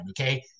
okay